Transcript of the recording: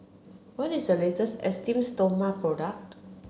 what is the latest Esteem Stoma product